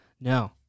No